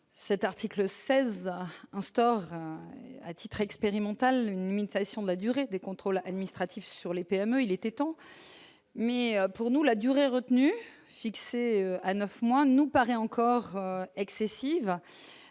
cet article 16 instaure à titre expérimental une limitation de la durée des contrôles administratifs sur les PME Il était temps, mais pour nous la durée retenue, fixé à 9 mois nous paraît encore excessive